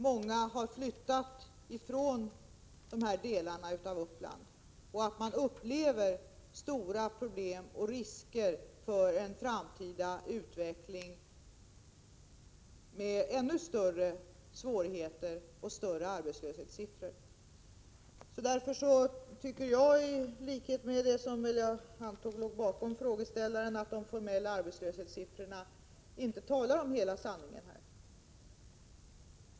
Många har flyttat från dessa trakter i Uppland, och man upplever att det finns risk för en framtida utveckling innebärande ännu större svårigheter och större arbetslöshet. Därför tycker 17 jag — vilket jag antar att också frågeställaren gör — att de formella arbetslöshetssiffrorna inte talar om hela sanningen.